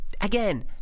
again